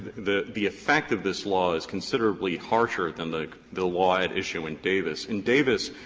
the the effect of this law is considerably harsher than the the law at issue in davis. in davis,